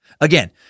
Again